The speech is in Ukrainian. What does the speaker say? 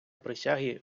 присяги